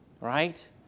Right